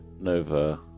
Nova